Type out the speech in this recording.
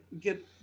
get